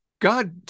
God